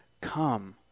come